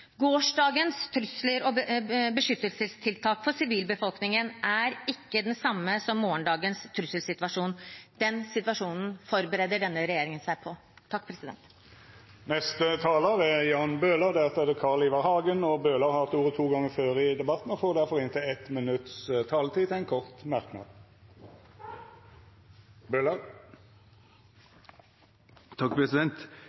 Gårsdagens trusler og beskyttelsestiltak for sivilbefolkningen er ikke de samme som for morgendagens trusselsituasjon. Den situasjonen forbereder denne regjeringen seg på. Representanten Jan Bøhler har hatt ordet to gonger tidlegare og får ordet til ein kort merknad, avgrensa til 1 minutt. I og